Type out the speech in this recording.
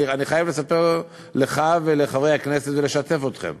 אני חייב לספר לך ולחברי הכנסת ולשתף אתכם: